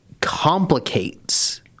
complicates